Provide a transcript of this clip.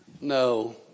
No